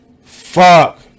Fuck